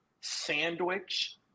sandwich